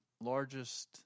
largest